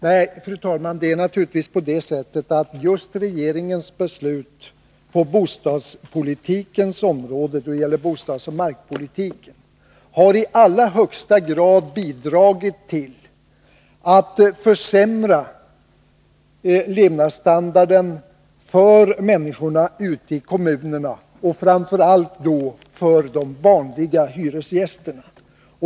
Nej, fru talman, det är naturligtvis på det sättet att just regeringens beslut på bostadspolitikens område och då det gäller bostadsoch markpolitik i allra högsta grad har bidragit till att försämra levnadsstandarden för människorna ute i kommunerna, och framför allt då för de vanliga hyresgästerna.